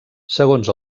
segons